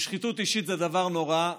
ושחיתות אישית זה דבר נורא,